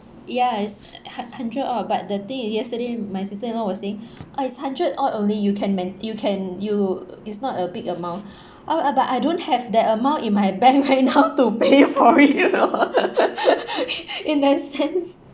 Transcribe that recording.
ya is hun~ hundred odd but the thing is yesterday my sister in law was saying oh it's hundred odd only you can main~ you can you it's not a big amount oh uh but I don't have that amount in my bank right now to pay for it in that sense